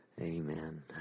Amen